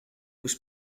was